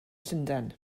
llundain